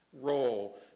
role